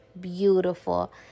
beautiful